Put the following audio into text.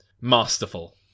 masterful